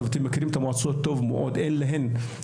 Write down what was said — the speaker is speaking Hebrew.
ואתם מכירים את המועצות טוב מאוד אין את המשאבים